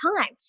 time